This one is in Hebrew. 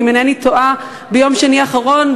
ואם אינני טועה ביום שני האחרון,